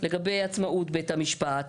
לגבי עצמאות בית המשפט,